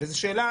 וזו שאלה